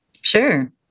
Sure